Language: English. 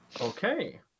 Okay